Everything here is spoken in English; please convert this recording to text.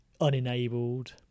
unenabled